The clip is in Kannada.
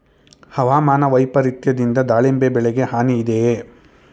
ಹವಾಮಾನ ವೈಪರಿತ್ಯದಿಂದ ದಾಳಿಂಬೆ ಬೆಳೆಗೆ ಹಾನಿ ಇದೆಯೇ?